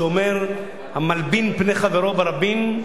שאומרת: המלבין פני חברו ברבים,